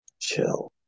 chill